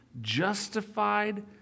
justified